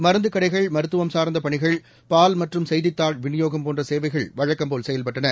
மருந்து கடைகள்இ மருத்துவம் சார்ந்தப் பணிகள்இ பால் மற்றும் செய்தித்தாள் விநியோகம் போன்ற சேவைகள் வழக்கம் போல் செயல்பட்டன